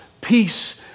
peace